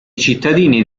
cittadini